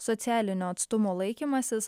socialinio atstumo laikymasis